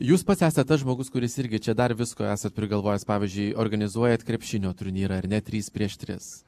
jūs pats esat tas žmogus kuris irgi čia dar visko esat prigalvojęs pavyzdžiui organizuojat krepšinio turnyrą ar ne trys prieš tris